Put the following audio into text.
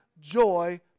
joy